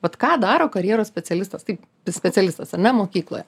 vat ką daro karjeros specialistas taip tu specialistas ar ne mokykloje